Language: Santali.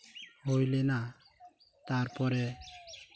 ᱦᱩᱭ ᱞᱮᱱᱟ ᱛᱟᱨᱯᱚᱨᱮ